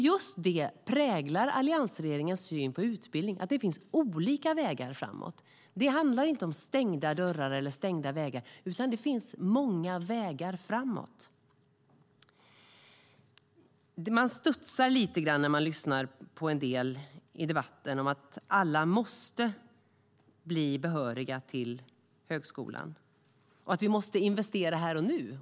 Just detta präglar alliansregeringens syn på utbildning: Det finns olika vägar framåt. Det handlar inte om stängda dörrar eller stängda vägar, utan det finns många vägar framåt. Man studsar lite grann när man lyssnar på en del i debatten. Det sägs att alla måste bli behöriga till högskolan och att vi måste investera här och nu.